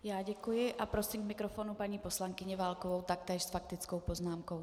Já děkuji a prosím k mikrofonu paní poslankyni Válkovou taktéž s faktickou poznámkou.